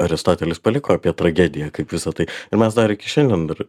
aristotelis paliko apie tragediją kaip visa tai ir mes dar iki šiandien dar